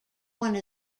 one